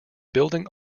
building